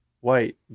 White